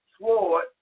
sword